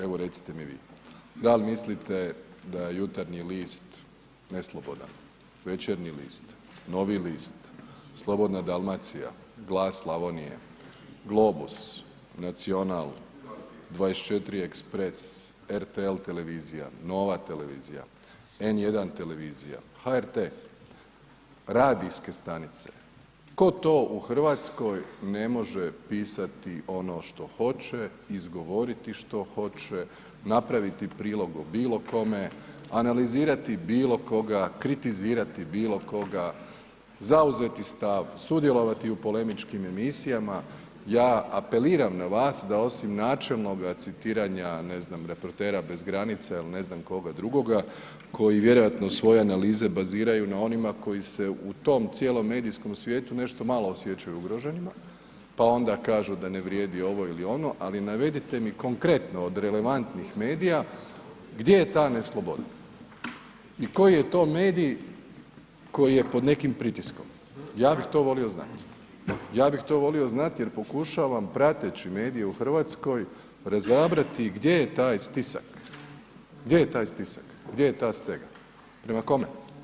Evo, recite mi vi, dal mislite da je Jutarnji list neslobodan, Večernji list, Novi list, Slobodna Dalmacija, Glas Slavonije, Globus, Nacional, 24 express, RTL televizija, Nova televizija, N1 televizija, HRT, radijske stanice, tko to u RH ne može pisati ono što hoće, izgovoriti što hoće, napraviti prilog o bilo kome, analizirati bilo koga, kritizirati bilo koga, zauzeti stav, sudjelovati u polemičkim emisijama, ja apeliram na vas da osim načelnoga citiranja, ne znam, reportera bez granica ili ne znam koga drugoga koji vjerojatno svoje analize baziraju na onima koji se u tom cijelom medijskom svijetu nešto malo osjećaju ugroženima, pa onda kažu da ne vrijedi ovo ili ono, ali navedite mi konkretno od relevantnih medija gdje je ta nesloboda i koji je to medij koji je pod nekim pritiskom, ja bih to volio znati jer pokušavam prateći medije u RH razabrati gdje je taj stisak, gdje je ta stega, prema kome.